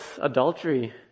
adultery